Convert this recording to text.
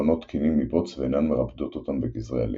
בונות קנים מבוץ ואינן מרפדות אותם בגזרי עלים.